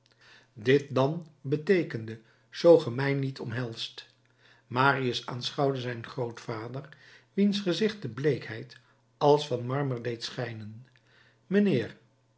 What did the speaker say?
dit dan beteekende zoo ge mij niet omhelst marius aanschouwde zijn grootvader wiens gezicht de bleekheid als van marmer deed schijnen mijnheer